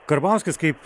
karbauskis kaip